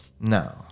No